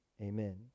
amen